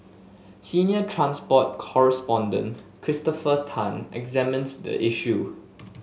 senior transport correspondent Christopher Tan examines the issue